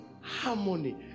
harmony